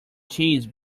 cheese